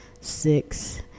six